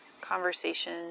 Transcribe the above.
conversation